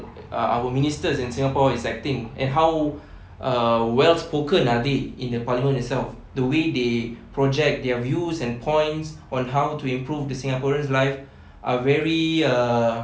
ah our ministers in singapore is acting and how uh well-spoken are they in the parliament itself the way they project their views and points on how to improve the singaporeans lives are very uh